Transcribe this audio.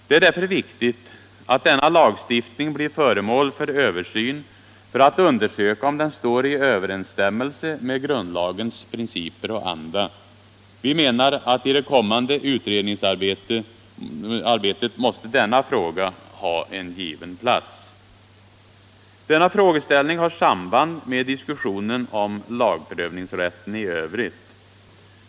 Det är därför viktigt att denna lagstiftning blir föremål för översyn för att undersöka om den står i överensstämmelse med grundlagens principer och anda. Vi menar att i det kommande utredningsarbetet måste denna fråga ha en given plats. Denna frågeställning har samband med diskussionen om lagprövningsrätten i övrigt.